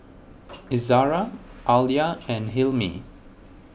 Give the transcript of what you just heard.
Izzara Alya and Hilmi